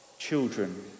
children